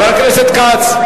חבר הכנסת כץ.